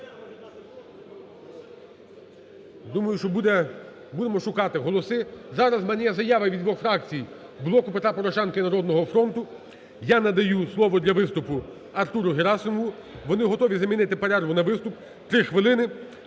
Думаю, що буде… будемо шукати голоси. Зараз у мене є заява від двох фракцій: "Блоку Петра Порошенка" і "Народного фронту". Я надаю слово для виступу Артуру Герасимову, вони готові замінити перерву на виступ, 3 хвилини.